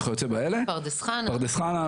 פרדס חנה,